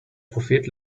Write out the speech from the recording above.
prophet